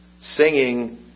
singing